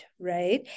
Right